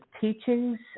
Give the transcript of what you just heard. teachings